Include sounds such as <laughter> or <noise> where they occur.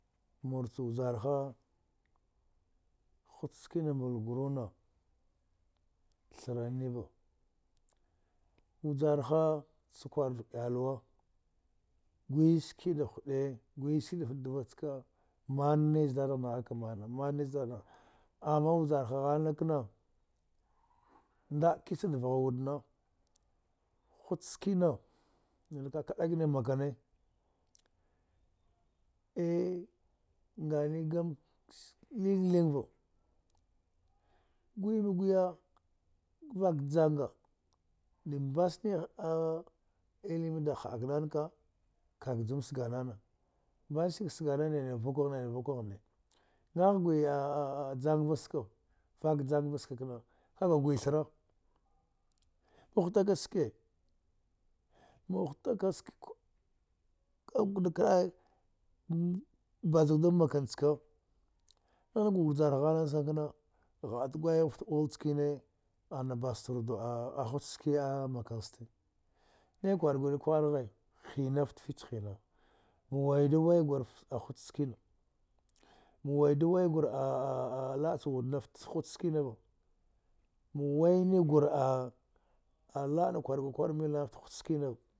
Mur cha wujar ha-hut skina mbal guruna thra nniva wujarha cha kwarwud iyalwa gwiski da huɗe gwi ski dafta ɗva chka manne zdadagh nagha ka mana manne zɗɗagh umma wujarha ghalna kna nda’a ki cha ɗavgha wud na hur skina nada ka kdak nimakane <hesitation> ngani gam lingling va gwi ma gwiya vak janga dambas ni a dagh ilmi h’ak nana ka kaka jum sga nana mbasnika sganana nai na vukagtine nai na vukaghne ngagh gwi <hesitation> jang va ska vak jang va ska sna kaka gwi thara ma huta kashe ma huta kas <unintelligible> ba zak dumakan chka ngha ga wujar ghalnasa kna gha’at gwayav gha fta oui chkane ana bastar du’a a hut ski a makans ste ne kwar guri kwai ghi hina fta fich hina waidu waigur aft hut skina ma waidu wai gure <hesitation> la’a cha wudnafta hub skina ma waini gur a la’an kwar gur kwar a milnana fta hut skina.